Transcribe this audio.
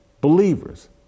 believers